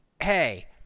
hey